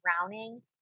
drowning